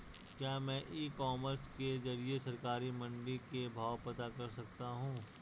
क्या मैं e commerce के ज़रिए सरकारी मंडी के भाव पता कर सकता हूँ?